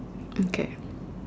okay